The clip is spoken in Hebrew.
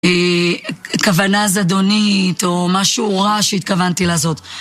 כוונה זדונית או משהו רע שהתכוונתי לעשות